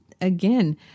again